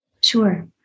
Sure